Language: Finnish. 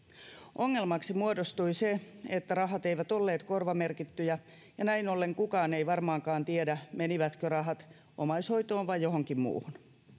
ongelmaksi muodostui se että rahat eivät olleet korvamerkittyjä ja näin ollen kukaan ei varmaankaan tiedä menivätkö rahat omaishoitoon vai johonkin muuhun